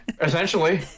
essentially